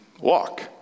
walk